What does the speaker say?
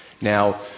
now